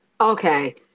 Okay